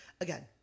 again